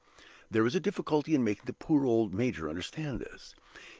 there is a difficulty in making the poor old, major understand this.